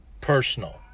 personal